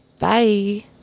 Bye